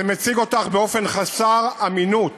זה מציג אותך באופן חסר אמינות,